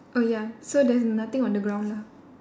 oh ya so there's nothing on the ground lah